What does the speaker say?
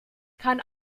kann